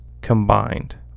combined